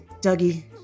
Dougie